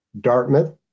Dartmouth